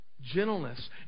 gentleness